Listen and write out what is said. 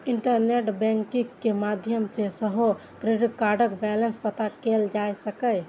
internet banking के माध्यम सं सेहो क्रेडिट कार्डक बैलेंस पता कैल जा सकैए